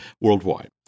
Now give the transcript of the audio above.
worldwide